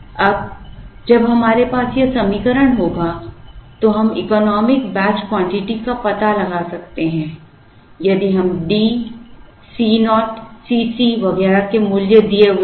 अब जब हमारे पास यह समीकरण होगा तो हम इकोनॉमिक बैच क्वांटिटी का पता लगा सकते हैं यदि D C0 Cc वगैरह के मूल्य दिए हुए हो